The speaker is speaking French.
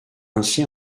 ainsi